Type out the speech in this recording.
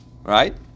right